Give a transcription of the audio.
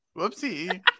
whoopsie